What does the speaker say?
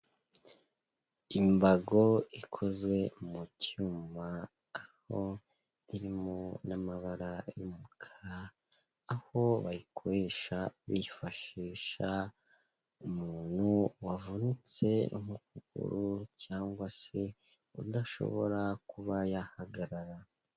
Imbago ikozwe mu cyuma aho irimo n'amabara y'umukara, aho bayikoresha bifashisha umuntu wavunitse mu kuguru cyangwa se udashobora kuba yahagarara.